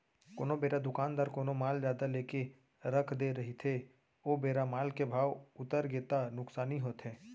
कोनो बेरा दुकानदार कोनो माल जादा लेके रख दे रहिथे ओ बेरा माल के भाव उतरगे ता नुकसानी होथे